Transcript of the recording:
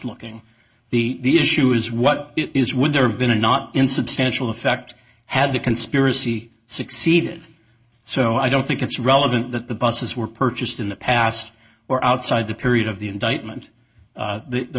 looking the issue is what it is would there have been a not insubstantial effect had the conspiracy succeeded so i don't think it's relevant that the buses were purchased in the past or outside the period of the indictment the